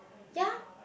ya